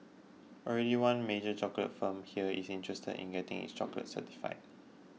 already one major chocolate firm here is interested in getting its chocolates certified